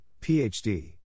Ph.D